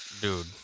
Dude